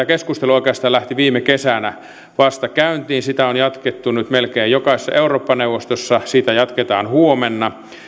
keskustelu oikeastaan lähti vasta viime kesänä käyntiin sitä on jatkettu nyt melkein jokaisessa eurooppa neuvostossa sitä jatketaan huomenna